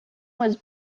was